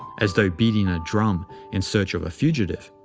as though beating a drum in search of a fugitive.